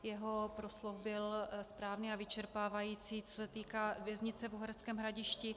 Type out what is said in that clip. Jeho proslov byl správný a vyčerpávající, co se týká věznice v Uherském Hradišti.